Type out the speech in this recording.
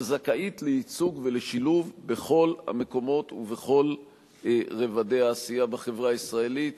שזכאית לייצוג ולשילוב בכל המקומות ובכל רובדי העשייה בחברה הישראלית.